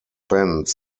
spent